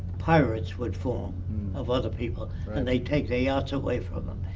pirates would form of other people and they take their yachts away from them.